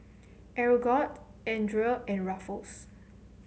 Aeroguard Andre and Ruffles